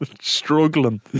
Struggling